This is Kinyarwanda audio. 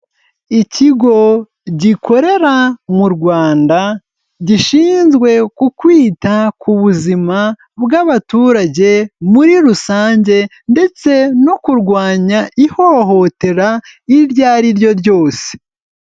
Ikigo gikorera mu Rwanda, gishinzwe ku kwita ku buzima bw'abaturage, muri rusange, ndetse no kurwanya ihohotera, iryo ari ryo ryose.